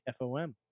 FOM